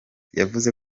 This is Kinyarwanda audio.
yavuze